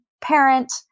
parent